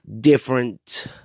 different